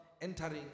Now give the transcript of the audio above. entering